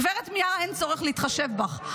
גב' מיארה, אין צורך להתחשב בך.